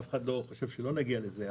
אף אחד לא חושב שלא נגיע לזה.